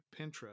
Pinterest